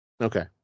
Okay